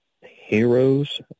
Heroes